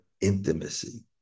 intimacy